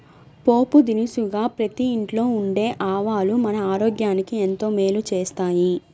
పోపు దినుసుగా ప్రతి ఇంట్లో ఉండే ఆవాలు మన ఆరోగ్యానికి ఎంతో మేలు చేస్తాయి